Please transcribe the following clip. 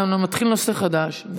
אתה מתחיל נושא חדש.